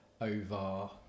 over